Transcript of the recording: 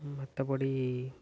மற்றபடி